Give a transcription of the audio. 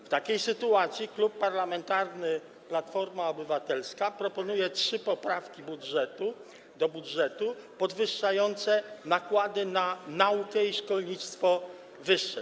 W takiej sytuacji Klub Parlamentarny Platforma Obywatelska proponuje trzy poprawki do budżetu podwyższające nakłady na naukę i szkolnictwo wyższe.